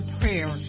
prayer